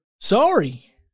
Sorry